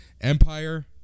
Empire